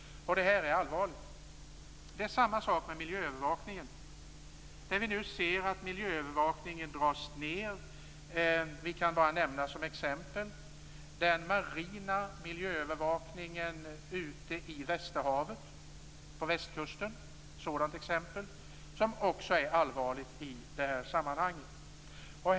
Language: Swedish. Det här är allvarligt. Det är samma sak med miljöövervakningen. Vi ser nu att miljöövervakningen dras ned. Vi kan bara nämna som exempel den marina miljöövervakningen på västkusten, ute i västerhavet. Det är ett sådant exempel som också är allvarligt i det här sammanhanget.